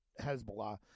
Hezbollah